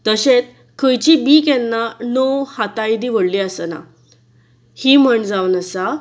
तशेंच खंयची बीं केन्ना णव हाता येदी व्हडली आसना ही म्हण जावन आसा